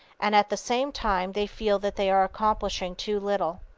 and at the same time they feel that they are accomplishing too little.